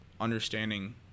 understanding